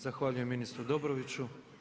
Zahvaljujem ministru Dobroviću.